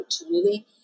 opportunity